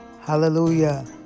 Hallelujah